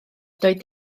doedd